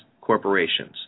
corporations